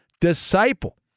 disciple